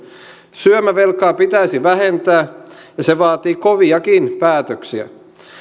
syömävelkaa pitäisi vähentää ja se vaatii koviakin päätöksiä